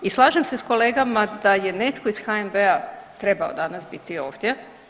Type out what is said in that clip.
I slažem se sa kolegama da je netko iz HNB-a trebao danas biti ovdje.